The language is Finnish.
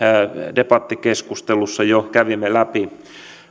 debattikeskustelussa jo kävimme läpi